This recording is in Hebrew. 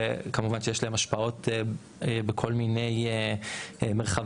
שכמובן שיש להן השפעות בכל מיני מרחבים,